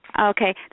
Okay